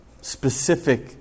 specific